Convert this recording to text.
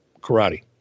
karate